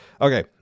Okay